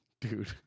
Dude